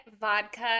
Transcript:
vodka